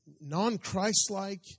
non-Christ-like